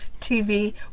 TV